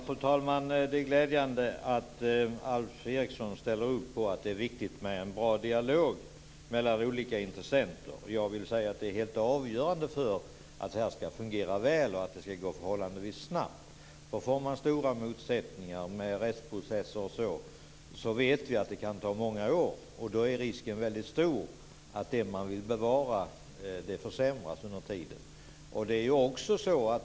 Fru talman! Det är glädjande att Alf Eriksson ställer upp på att det är viktigt med en bra dialog mellan olika intressenter. Jag vill säga att det är helt avgörande för att det här ska fungera väl och att det ska gå förhållandevis snabbt. Om man får stora motsättningar med rättsprocesser kan det ta många år. Och då är risken väldigt stor för att det man vill bevara har försämrats under tiden.